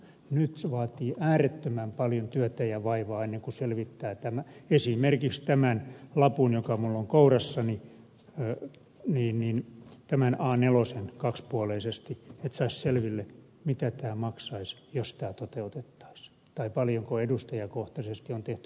nyt se vaatii äärettömän paljon työtä ja vaivaa ennen kuin selvittää esimerkiksi tämän lapun joka minulla on kourassani tämän kaksipuoleisen aanelosen saisi selville mitä tämä maksaisi jos tämä toteutettaisiin tai paljonko edustajakohtaisesti on tehty aloitteita